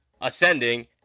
ascending